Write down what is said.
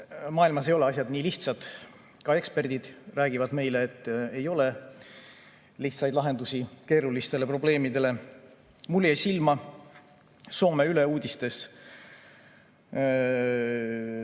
maailmas ei ole asjad nii lihtsad. Ka eksperdid räägivad meile, et ei ole lihtsaid lahendusi keerulistele probleemidele. Mulle jäi silma Soome YLE uudistes,